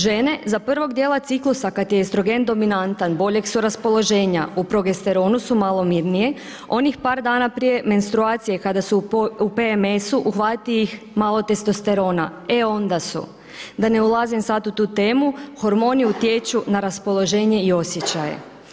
Žene za prvog djela ciklusa kad je estrogen dominantan, boljeg su raspoloženja, u progesteronu su malo mirnije, onih par dana prije menstruacije, kada su u PMS-u uhvati ih malo testosterona, e onda, su da ne ulazim sad u tu temu, hormoni utječu na raspoloženje i osjećaje.